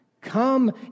Come